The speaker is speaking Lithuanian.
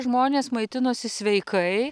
žmonės maitinosi sveikai